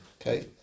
Okay